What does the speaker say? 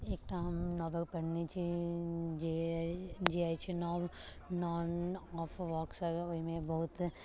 एकटा हम नोवल पढ़ने छी जे अछि नान नॉन ओफ वोक्श ओहिमे बहुत